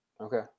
Okay